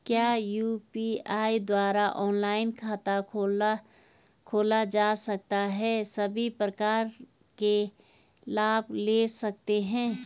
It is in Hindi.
क्या यु.पी.आई द्वारा ऑनलाइन खाता खोला जा सकता है सभी प्रकार के लाभ ले सकते हैं?